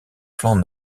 flancs